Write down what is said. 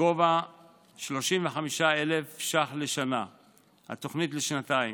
בגובה 35,000 ש"ח לשנה התוכנית לשנתיים,